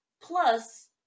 Plus